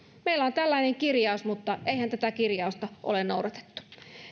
meillä on tällainen kirjaus mutta eihän tätä kirjausta ole noudatettu